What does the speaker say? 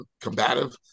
combative